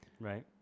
Right